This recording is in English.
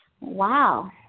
Wow